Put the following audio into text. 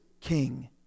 king